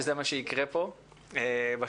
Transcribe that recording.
לקבל על עצמי את